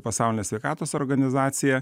pasaulinė sveikatos organizacija